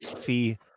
Fee